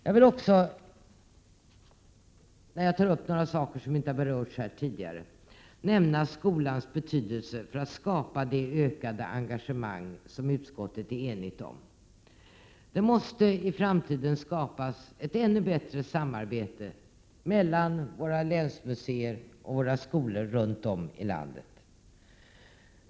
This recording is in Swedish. Jag vill också när jag tar upp några saker som tidigare inte har berörts nämna skolans betydelse för att skapa det ökade engagemang som utskottet är enigt om. Det måste i framtiden skapas ett ännu bättre samarbete mellan våra länsmuseer och våra skolor runt om i landet.